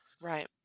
right